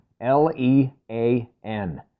L-E-A-N